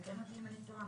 תקן אותי אם אני טועה,